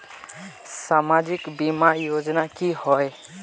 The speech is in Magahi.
सामाजिक बीमा योजना की होय?